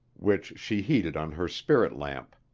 which she heated on her spirit-lamp.